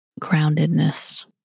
groundedness